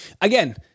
again